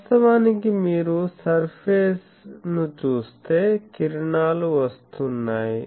వాస్తవానికి మీరు సర్ఫేస్ ను చూస్తే కిరణాలు వస్తున్నాయి